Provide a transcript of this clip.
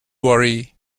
worry